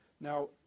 Now